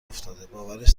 افتاده، باورش